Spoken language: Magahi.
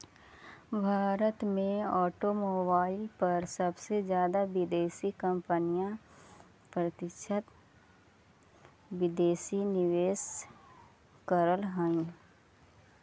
भारत में ऑटोमोबाईल पर सबसे जादा विदेशी कंपनियां प्रत्यक्ष विदेशी निवेश करअ हई